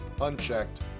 unchecked